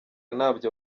ntabyo